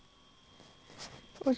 我觉得我移 like